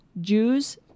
Jews